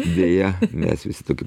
deja mes visi toki